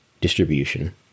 distribution